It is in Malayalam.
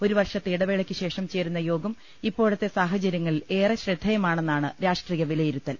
ഒരു വർഷത്തെ ഇടവേളയ്ക്കുശേഷം ചേരുന്ന യോഗം ഇപ്പോഴത്തെ സാഹചര്യങ്ങളിൽ ഏറെ ശ്രദ്ധേ യമാണെന്നാണ് രാഷ്ട്രീയ വിലയിരുത്തൽ